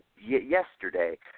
yesterday